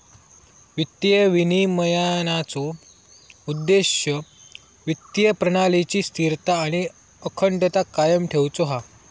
वित्तीय विनिमयनाचो उद्देश्य वित्तीय प्रणालीची स्थिरता आणि अखंडता कायम ठेउचो हा